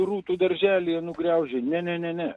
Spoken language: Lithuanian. rūtų darželyje nugraužia ne ne ne ne